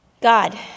God